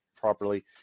properly